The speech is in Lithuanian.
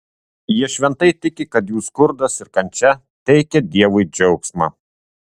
jie šventai tiki kad jų skurdas ir kančia teikia dievui džiaugsmą